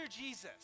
Jesus